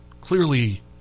clearly